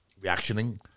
Reactioning